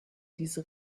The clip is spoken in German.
diese